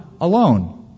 alone